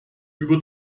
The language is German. über